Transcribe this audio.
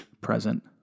present